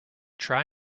try